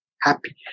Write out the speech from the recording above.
happy